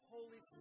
Holy